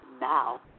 now